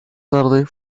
tarde